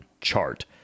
chart